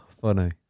funny